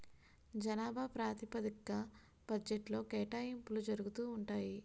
జనాభా ప్రాతిపదిగ్గా బడ్జెట్లో కేటాయింపులు జరుగుతూ ఉంటాయి